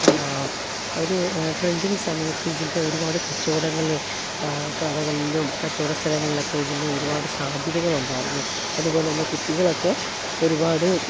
ഒരു ട്രെൻറ്റിങ് സമയത്ത് ഇതിൻ്റെ ഒരുപാട് കച്ചവടങ്ങൾ ക കടകളിലും കച്ചവട സ്ഥലങ്ങളിലൊക്കെ ഇതിന് ഒരുപാട് സാധ്യതകളുണ്ടായിരുന്നു അതുപോലെ തന്നെ കുട്ടികളൊക്കെ ഒരുപാട്